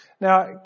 Now